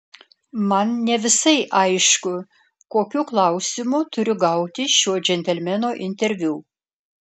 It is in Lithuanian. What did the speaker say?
man ne visai aišku kokiu klausimu turiu gauti šio džentelmeno interviu